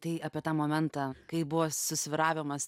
tai apie tą momentą kai buvo susvyravimas